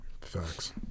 Facts